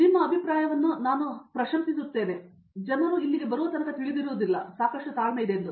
ನಿಮ್ಮ ಅಭಿಪ್ರಾಯವನ್ನು ನಾನು ಕೆಲವು ಬಾರಿ ಪ್ರಶಂಸಿಸುತ್ತೇನೆ ಜನರು ತಾವು ಬರುವ ತನಕ ತಿಳಿದಿರುವುದಿಲ್ಲ ಸಾಕಷ್ಟು ತಾಳ್ಮೆ ಇದೆ ಎಂದು